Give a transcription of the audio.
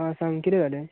आ सांग कितें जालें